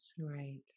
Right